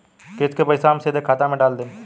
किस्त के पईसा हम सीधे खाता में डाल देम?